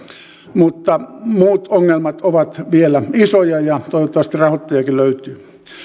mutta muut ongelmat ovat vielä isoja ja toivottavasti rahoittajakin löytyy